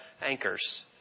anchors